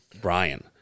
Brian